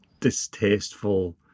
distasteful